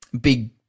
big